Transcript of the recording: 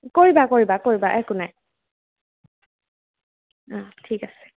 কৰিবা কৰিবা কৰিবা একো নাই অঁ ঠিক আছে